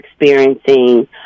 experiencing